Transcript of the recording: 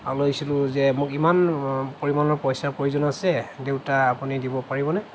লৈছিলোঁ যে মোক ইমান পৰিমাণৰ পইচা প্ৰয়োজন হৈছে দেউতা আপুনি দিব পাৰিব নে